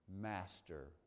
Master